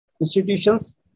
institutions